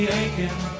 aching